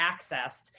accessed